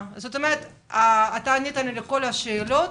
ענית לי לכל השאלות,